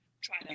try